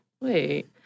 wait